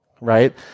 right